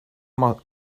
more